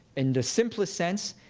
in the simplest sense,